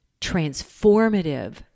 transformative